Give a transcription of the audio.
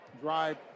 drive